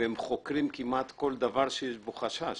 הם חוקרים כמעט כל דבר שיש בו חשש